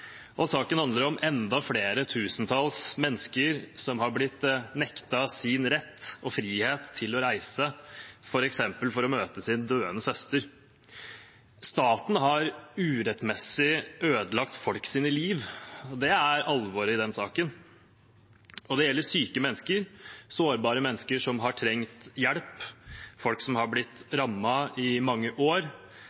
konsekvens. Saken handler om enda flere tusentalls mennesker som har blitt nektet sin rett og frihet til å reise, f.eks. som en av dem for å møte sin døende søster. Staten har urettmessig ødelagt folks liv. Det er alvoret i denne saken. Det gjelder syke og sårbare mennesker som har trengt hjelp, folk som har blitt